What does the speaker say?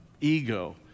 ego